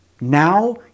Now